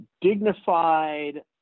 dignified